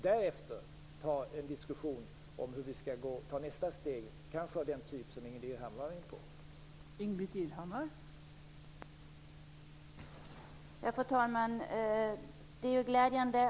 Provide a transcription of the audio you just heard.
Därefter kan vi ta en diskussion om nästa steg - kanske av den typ som Ingbritt Irhammar var inne på.